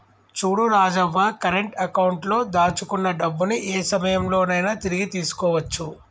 చూడు Rajavva current account లో దాచుకున్న డబ్బుని ఏ సమయంలో నైనా తిరిగి తీసుకోవచ్చు